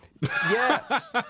Yes